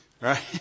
Right